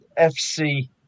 FC